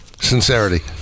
sincerity